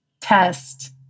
test